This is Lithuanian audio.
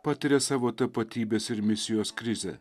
patiria savo tapatybės ir misijos krizę